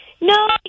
no